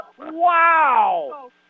Wow